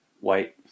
White